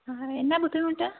എന്താണ് ബുദ്ധിമുട്ട്